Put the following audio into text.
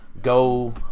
Go